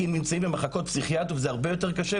כי הם נמצאים במחלקות פסיכיאטריות וזה הרבה יותר קשה.